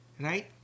right